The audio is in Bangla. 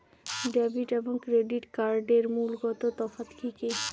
ডেবিট এবং ক্রেডিট কার্ডের মূলগত তফাত কি কী?